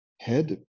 Head